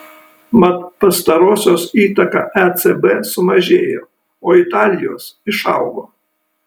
mat pastarosios įtaka ecb sumažėjo o italijos išaugo